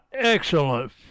excellent